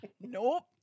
Nope